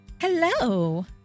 Hello